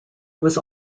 was